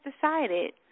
decided